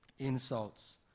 insults